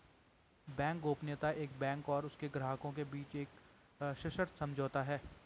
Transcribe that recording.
bank गोपनीयता एक bank और उसके ग्राहकों के बीच एक सशर्त समझौता है